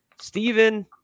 Stephen